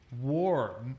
war